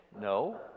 No